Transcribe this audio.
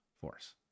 force